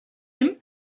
him